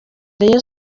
rayon